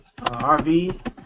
RV